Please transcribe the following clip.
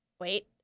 Wait